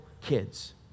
kids